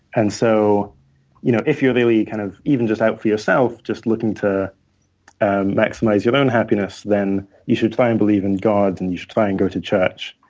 and so you know if you're really kind of even just out for yourself, just looking to maximize your own happiness, then you should try and believe in god, and you should try and go to church